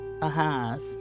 Ahaz